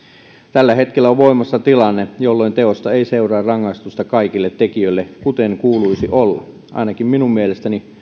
tällä hetkellä on voimassa tilanne jolloin teosta ei seuraa rangaistusta kaikille tekijöille kuten kuuluisi olla ainakin minun mielestäni